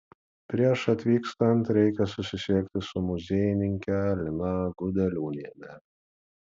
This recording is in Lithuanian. prieš atvykstant reikia susisiekti su muziejininke lina gudeliūniene